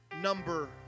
Number